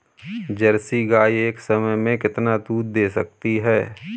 Jersey गाय एक समय में कितना दूध दे सकती है?